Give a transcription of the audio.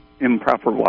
improper